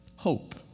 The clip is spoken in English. Hope